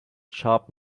sharp